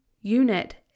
Unit